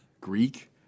Greek